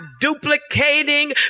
duplicating